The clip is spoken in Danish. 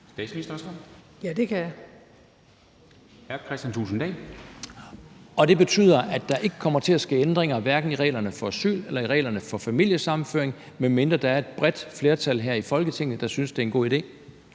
Hr. Kristian Thulesen Dahl. Kl. 23:33 Kristian Thulesen Dahl (DF): Og det betyder, at der ikke kommer til at ske ændringer, hverken i reglerne for asyl eller i reglerne for familiesammenføring, medmindre der er et bredt flertal her i Folketinget, der synes, det er en god idé?